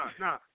no